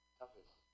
toughest